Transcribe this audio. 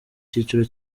cyiciro